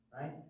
Right